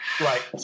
Right